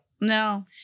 No